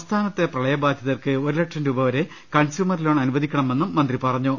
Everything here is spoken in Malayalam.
സംസ്ഥാനത്തെ പ്രള യബാധിതർക്ക് ഒരു ലക്ഷം രൂപ വരെ കൺസ്യൂമർ ലോൺ അനുവദി ക്കണമെന്നും മന്ത്രി പറഞ്ഞു